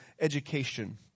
education